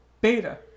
Beta